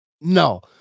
No